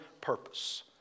purpose